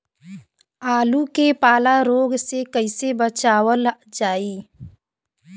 आलू के पाला रोग से कईसे बचावल जाई?